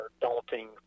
daunting